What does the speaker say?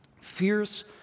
fierce